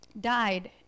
died